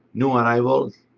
new arrivals,